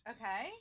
okay